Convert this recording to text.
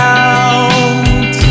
out